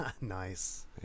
Nice